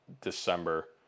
December